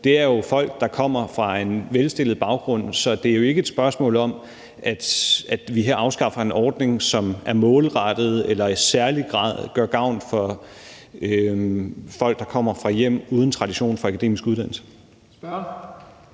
jo er folk, der kommer fra en velstillet baggrund, så det er jo ikke et spørgsmål om, at vi her afskaffer en ordning, som er målrettet eller i særlig grad gør gavn for folk, der kommer fra hjem uden tradition for akademisk uddannelse.